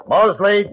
Moseley